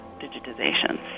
digitizations